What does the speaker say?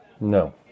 No